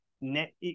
net